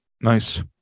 Nice